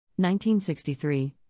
1963